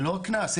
לא קנס,